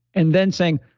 and then saying,